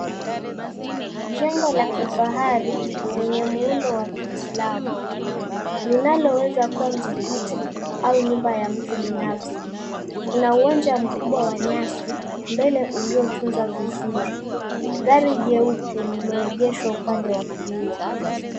Jengo la kifaari lenye muundo wa kiislamu, linaloweza kuwa mskiti au jumba la mtu binafsi. Kuna uwanja mkubwa wa nyasi, mbele uliotunzwa vizuri. Gari jeupe limeegeshwa upande wa kulia.